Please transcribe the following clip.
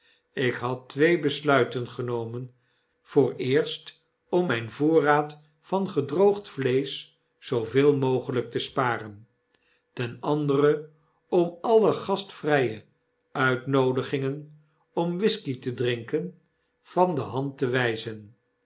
ik had twee besluiten genomen vooreerst om myn voorraad van gedroogd vleesch zooveel mogelyk te sparen ten andere om alle gastvrije uitnoodigingen om whisky te drinken van de hand te wyzen